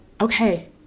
okay